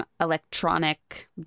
electronic